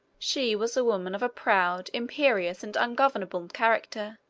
she was a woman of a proud, imperious, and ungovernable character,